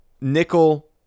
nickel